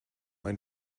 ein